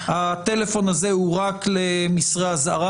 שהטלפון הזה הוא רק למסרי אזהרה,